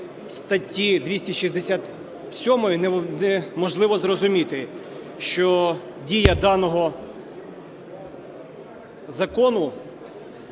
статті 267 неможливо зрозуміти, що дія даного закону